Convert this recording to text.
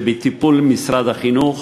שבטיפול משרד החינוך,